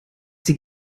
sie